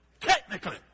Technically